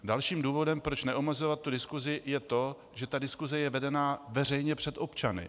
Dalším důvodem, proč neomezovat diskusi, je to, že ta diskuse je vedena veřejně před občany.